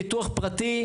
ביטוח פרטי,